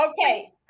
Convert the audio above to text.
okay